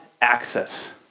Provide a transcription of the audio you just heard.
access